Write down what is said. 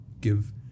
give